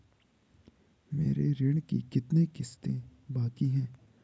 मेरे ऋण की कितनी किश्तें बाकी हैं?